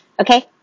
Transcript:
Okay